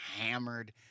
Hammered